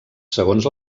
segons